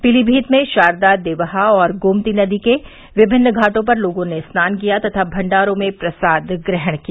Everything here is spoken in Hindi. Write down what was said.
पीलीमीत में शारदा देवहा और गोमती नदी के विभिन्न घाटों पर लोगों ने स्नान किया तथा भण्डारों में प्रसाद ग्रहण किया